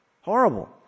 Horrible